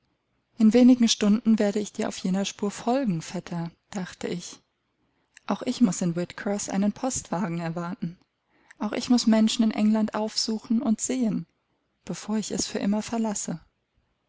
in wenigen stunden werde ich dir auf jener spur folgen vetter dachte ich auch ich muß in whitcroß einen postwagen erwarten auch ich muß menschen in england aufsuchen und sehen bevor ich es für immer verlasse